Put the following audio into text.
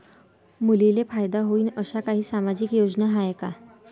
मुलींले फायदा होईन अशा काही सामाजिक योजना हाय का?